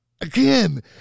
again